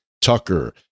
tucker